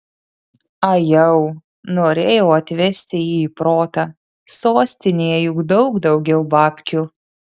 ajau norėjau atvesti jį į protą sostinėje juk daug daugiau babkių